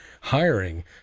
hiring